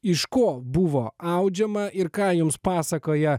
iš ko buvo audžiama ir ką jums pasakoja